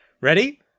Ready